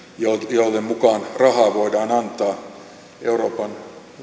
joiden mukaan rahaa voidaan antaa euroopan